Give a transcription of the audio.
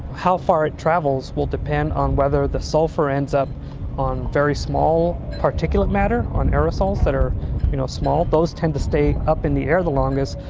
how far it travels will depend on whether the sulphur ends up on very small particulate matter, on aerosols that are you know small, those tend to stay up in the air the longest,